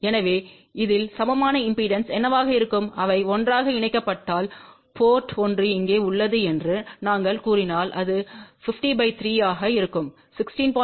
எனவே இதில் சமமான இம்பெடன்ஸ் என்னவாக இருக்கும் அவை ஒன்றாக இணைக்கப்பட்டால் போர்ட்ம் ஒன்று இங்கே உள்ளது என்று நாங்கள் கூறினால் அது 503 ஆக இருக்கும் 16